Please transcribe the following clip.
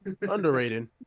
Underrated